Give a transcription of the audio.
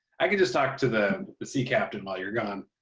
i can just talk to the the sea captain while you're gone.